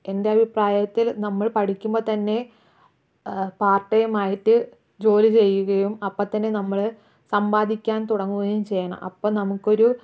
എൻറെ അഭിപ്രായത്തിൽ നമ്മൾ പഠിക്കുമ്പോൾ തന്നെ പാർട്ട് ടൈം ആയിട്ട് ജോലിചെയ്യുകയും അപ്പോൾ തന്നെ നമ്മള് സമ്പാദിക്കാൻ തുടങ്ങുകയും ചെയ്യണം അപ്പോൾ നമുക്കൊരു